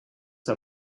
der